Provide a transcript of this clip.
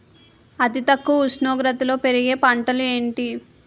అతి తక్కువ ఉష్ణోగ్రతలో పెరిగే పంటలు ఏంటి?